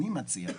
אני מציע,